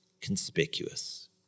conspicuous